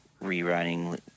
rewriting